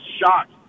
shocked